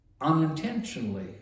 unintentionally